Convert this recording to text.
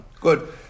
Good